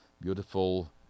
Beautiful